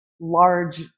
large